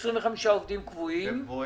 25 עובדים קבועים ועוד?